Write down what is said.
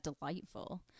delightful